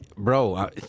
bro